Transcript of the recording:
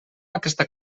aquesta